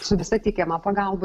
su visa teikiama pagalba